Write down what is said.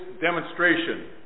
demonstration